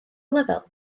lefel